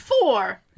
four